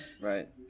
Right